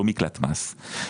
לא מקלט מס,